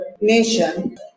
nation